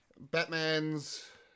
Batman's